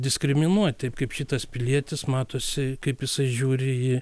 diskriminuot taip kaip šitas pilietis matosi kaip jisai žiūri į